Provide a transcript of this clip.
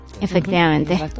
Efectivamente